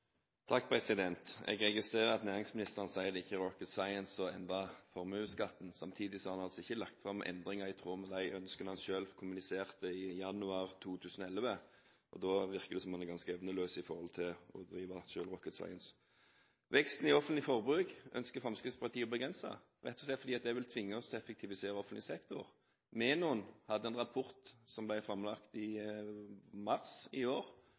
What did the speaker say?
Jeg registrerer at næringsministeren sier det ikke er «rocket science» å endre formuesskatten. Samtidig har han altså ikke lagt fram endringer i tråd med de ønskene han selv kommuniserte i januar 2011. Da virker det jo som han er ganske evneløs i forhold til å drive selv «rocket science». Veksten i offentlig forbruk ønsker Fremskrittspartiet å begrense, rett og slett fordi det vil tvinge oss til å effektivisere offentlig sektor. Menon hadde en rapport som ble framlagt i mars i år,